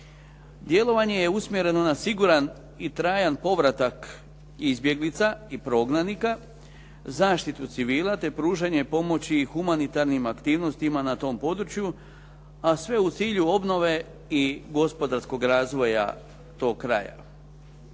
Djelovanje je usmjereno na siguran i trajan povratak izbjeglica i prognanika, zaštitu civila, te pružanje pomoći i humanitarnim aktivnostima na tom području a sve u cilju obnove i gospodarskog razvoja tog kraja.